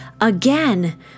again